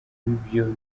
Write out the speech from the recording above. ibyo